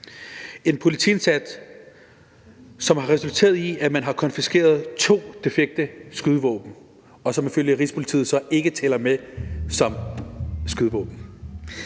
en politiindsats, som har resulteret i, at man har konfiskeret to defekte skydevåben, som så ifølge Rigspolitiet ikke tæller med som skydevåben.